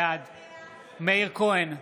בעד מאיר כהן,